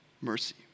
mercy